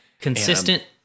consistent